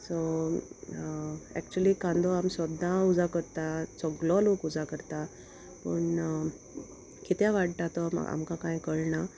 so actually कांदो आमी सोद्दां उजार करता सगलो लोक उजार करता पूण कितें वांटा तो आमकां कांय कळना